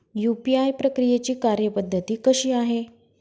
UPI प्रक्रियेची कार्यपद्धती कशी आहे?